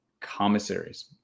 Commissaries